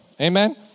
Amen